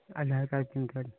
Aadhaar card pan card